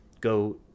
go